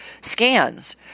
scans